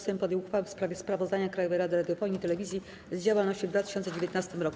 Sejm podjął uchwałę w sprawie sprawozdania Krajowej Rady Radiofonii i Telewizji z działalności w 2019 roku.